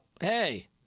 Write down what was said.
hey